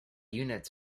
units